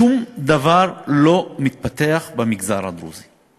שום דבר לא מתפתח במגזר הדרוזי.